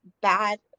bad